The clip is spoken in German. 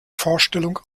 vorstellung